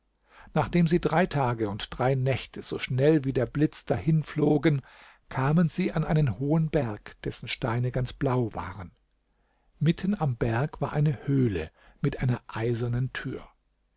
nachdem sie drei tage und drei nächte so schnell wie der blitz dahinflogen kamen sie an einen hohen berg dessen steine ganz blau waren mitten am berg war eine höhle mit einer eisernen tür